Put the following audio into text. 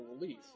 release